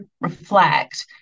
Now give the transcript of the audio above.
reflect